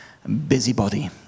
Busybody